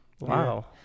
Wow